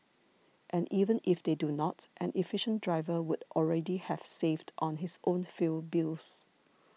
and even if they do not an efficient driver would already have saved on his own fuel bills